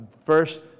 First